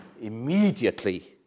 immediately